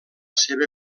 seva